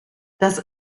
das